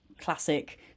classic